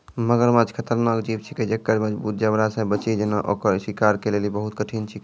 मगरमच्छ खतरनाक जीव छिकै जेक्कर मजगूत जबड़ा से बची जेनाय ओकर शिकार के लेली बहुत कठिन छिकै